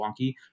wonky